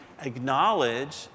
acknowledge